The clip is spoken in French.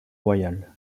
royal